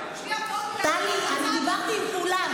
קודם כול,